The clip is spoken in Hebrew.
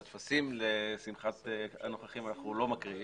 את הטפסים לשמחת הנוכחים אנחנו לא מקריאים.